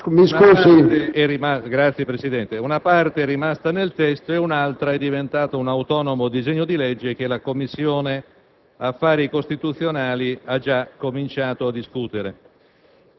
una parte è rimasta nel testo e un'altra è diventata un autonomo disegno di legge che la Commissione affari costituzionali ha già cominciato a discutere.